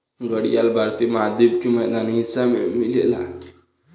घड़ियाल भारतीय महाद्वीप के मैदानी हिस्सा में मिलेला